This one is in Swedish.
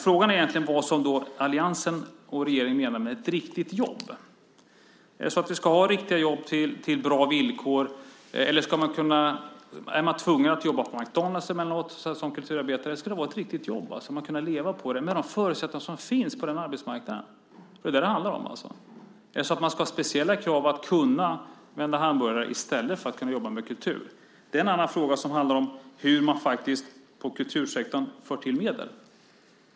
Frågan är egentligen vad alliansen och regeringen menar med ett riktigt jobb. Ska vi ha riktiga jobb till bra villkor eller är man som kulturarbetare tvungen att jobba på McDonalds emellanåt? Ett riktigt jobb ska man kunna leva på med de förutsättningar som finns på arbetsmarknaden. Det är det det handlar om. Ska man ställa speciella krav på folk som innebär att de ska kunna vända hamburgare i stället för att jobba med kultur? Det är en annan fråga, som handlar om hur man för till medel till kultursektorn.